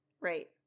Right